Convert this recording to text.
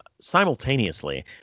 simultaneously